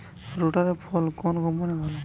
রোটারের ফল কোন কম্পানির ভালো?